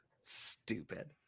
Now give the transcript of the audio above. Stupid